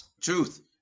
Truth